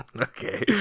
Okay